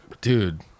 Dude